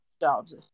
jobs